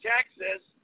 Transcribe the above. Texas